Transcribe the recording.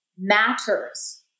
matters